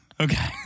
Okay